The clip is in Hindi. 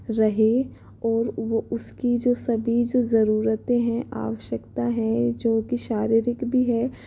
रहे और वो उसकी जो सभी जो ज़रूरतें हैं आवश्यकता हैं जो की शारीरिक भी है